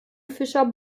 fischer